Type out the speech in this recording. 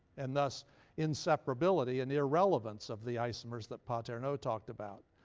and thus inseparability and irrelevance of the isomers that paterno talked about.